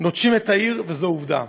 נוטשים את העיר, וזו עובדה.